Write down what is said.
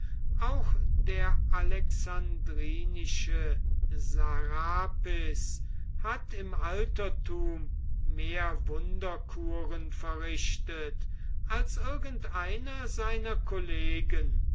auch der alexandrinische sarapis hat im altertum mehr wunderkuren verrichtet als irgendeiner seiner kollegen